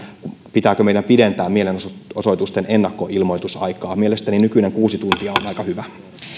pitääkö meidän pidentää mielenosoitusten ennakkoilmoitusaikaa mielestäni nykyinen kuusi tuntia on aika hyvä